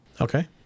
okay